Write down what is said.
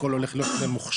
הכול הולך להיות ממוחשב,